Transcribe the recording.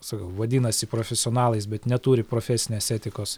sakau vadinasi profesionalais bet neturi profesinės etikos